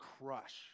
crush